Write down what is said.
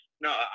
no